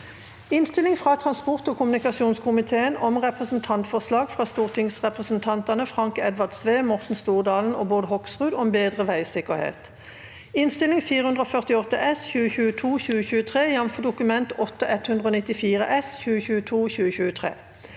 Innstilling fra transport- og kommunikasjonskomi- teen om Representantforslag fra stortingsrepresentan- tene Frank Edvard Sve, Morten Stordalen og Bård Hoksrud om bedre veisikkerhet (Innst. 448 S (2022– 2023), jf. Dokument 8:194 S (2022–2023))